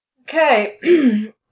Okay